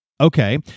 Okay